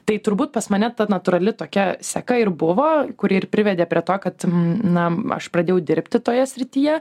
tai turbūt pas mane ta natūrali tokia seka ir buvo kuri ir privedė prie to kad na aš pradėjau dirbti toje srityje